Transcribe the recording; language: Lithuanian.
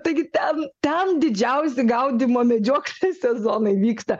taigi ten ten didžiausi gaudymo medžioklės sezonai vyksta